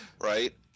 right